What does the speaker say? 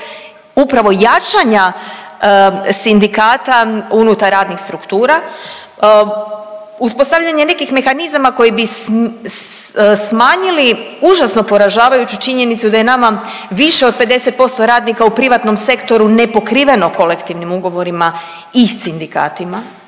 upravo jačanja sindikata unutar radnih struktura, uspostavljanje nekih mehanizama koji bi smanjili užasno poražavajuću činjenicu da je nama više od 50% radnika u privatnom sektoru nepokriveno kolektivnim ugovorima i sindikatima.